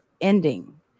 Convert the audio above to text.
ending